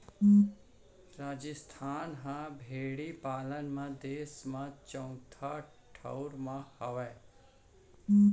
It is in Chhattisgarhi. राजिस्थान ह भेड़ी पालन म देस म चउथा ठउर म हावय